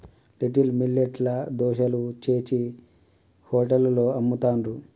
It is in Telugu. లిటిల్ మిల్లెట్ ల దోశలు చేశి హోటళ్లలో అమ్ముతాండ్రు